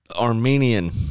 Armenian